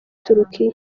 turukiya